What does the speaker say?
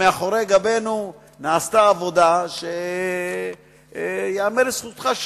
מאחורי גבנו נעשתה עבודה שייאמר לזכותך שוב,